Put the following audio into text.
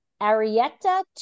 Arietta